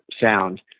sound